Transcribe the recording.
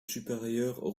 supérieures